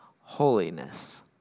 holiness